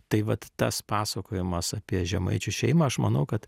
tai vat tas pasakojimas apie žemaičių šeimą aš manau kad